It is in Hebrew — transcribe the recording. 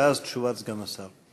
ואז תשובת סגן השר.